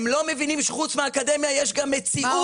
הם לא מבינים שחוץ מאקדמיה יש גם מציאות.